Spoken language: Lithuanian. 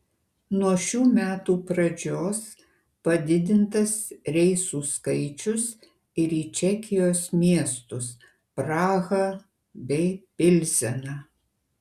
nuo šių metų pradžios padidintas reisų skaičius ir į čekijos miestus prahą bei pilzeną